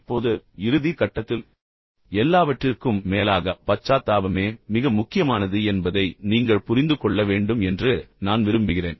இப்போது இறுதி கட்டத்தில் எல்லாவற்றிற்கும் மேலாக பச்சாத்தாபமே மிக முக்கியமானது என்பதை நீங்கள் புரிந்து கொள்ள வேண்டும் என்று நான் விரும்புகிறேன்